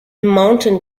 mountain